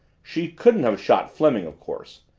she couldn't have shot fleming of course,